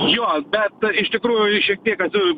jo bet iš tikrųjų šiek tiek esu